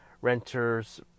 renters